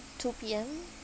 two P_M